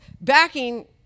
backing